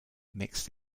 mixed